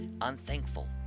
unthankful